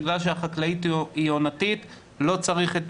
בגלל שהחקלאות היא עונתית לא צריך את